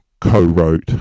co-wrote